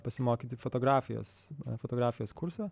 pasimokyti fotografijos fotografijos kursą